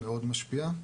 מאוד משפיע.